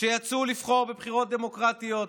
שיצאו לבחור בבחירות דמוקרטיות,